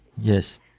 Yes